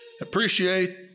appreciate